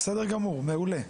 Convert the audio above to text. בסדר גמור, מעולה.